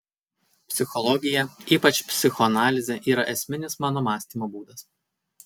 psichologija ypač psichoanalizė yra esminis mano mąstymo būdas